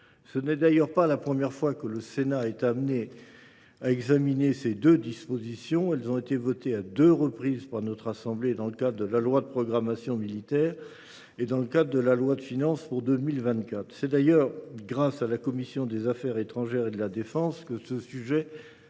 Ce n’est d’ailleurs pas la première fois que le Sénat est amené à examiner ces deux dispositions. Elles ont été votées à deux reprises par notre assemblée, en loi de programmation militaire et en loi de finances pour 2024. C’est grâce à la commission des affaires étrangères et de la défense que le sujet avait été